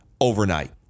overnight